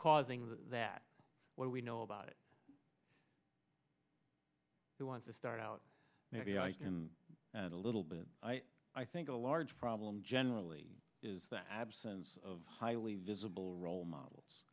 causing that what we know about it we want to start out maybe i can a little bit i think a large problem generally is that absence of highly visible role models